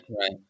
Right